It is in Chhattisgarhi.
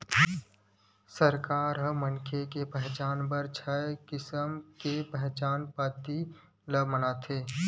सरकार ह मनखे के पहचान बर छय किसम के पहचान पाती ल मानथे